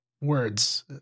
words